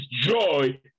joy